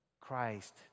Christ